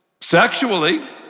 sexually